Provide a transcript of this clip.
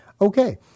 Okay